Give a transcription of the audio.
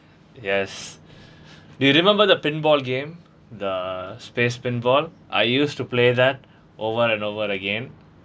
yes do you remember the pinball game the space pinball I used to play that over and over again